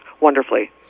wonderfully